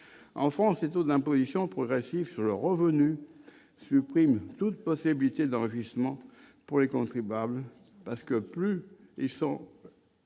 écoutez, taux d'imposition progressif sur le revenu, supprime toute possibilité d'enrichissement pour les contribuables parce que plus ils sont